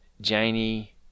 Janie